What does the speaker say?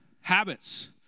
Habits